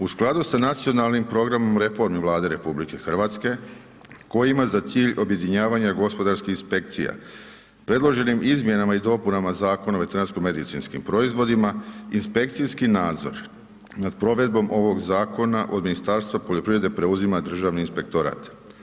U skladu sa nacionalnim programom reformi Vlade RH koji ima za cilj objedinjavanja gospodarskih inspekcija, predloženim izmjenama i dopunama Zakona o veterinarsko-medicinskim proizvodima, inspekcijski nadzor nad provedbom ovog zakona od Ministarstva poljoprivrede preuzima državni inspektorat.